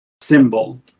symbol